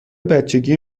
بچگی